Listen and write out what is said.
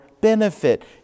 benefit